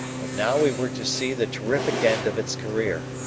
but now we were to see the terrific end of its career.